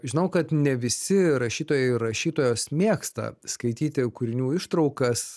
žinau kad ne visi rašytojai ir rašytojos mėgsta skaityti kūrinių ištraukas